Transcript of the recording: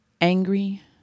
Angry